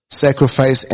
sacrifice